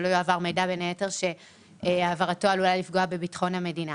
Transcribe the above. שלא יועבר מידע שהעברתו עלולה לפגוע בביטחון המדינה.